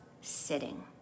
sitting